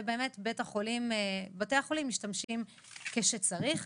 ובתי החולים משתמשים בזה כשצריך.